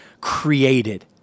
created